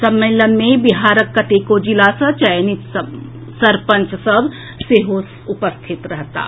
सम्मेलन मे बिहारक कतेको जिला सॅ चयनित सरपंच सभ सेहो उपस्थित रहताह